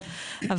אבל